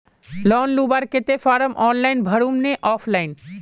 Loan लुबार केते form online भरुम ने ऑफलाइन?